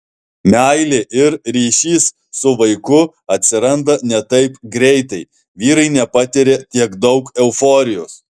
meilė ir ryšys su vaiku atsiranda ne taip greitai vyrai nepatiria tiek daug euforijos